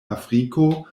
afriko